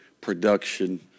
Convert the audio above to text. production